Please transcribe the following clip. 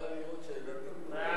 חוק הגנת הסביבה (סמכויות פיקוח